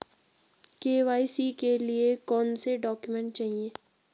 KYC के लिए कौनसे डॉक्यूमेंट चाहिये?